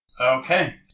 Okay